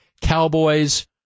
Cowboys